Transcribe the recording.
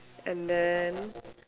and then